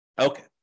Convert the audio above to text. Okay